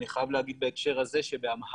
ואני חייב להגיד בהקשר הזה שבאמהרית